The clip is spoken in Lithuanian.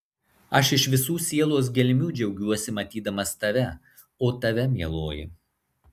aš iš visų sielos gelmių džiaugiuosi matydamas tave o tave mieloji